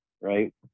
Right